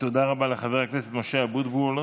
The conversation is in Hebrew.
תודה רבה לחבר הכנסת משה אבוטבול.